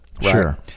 Sure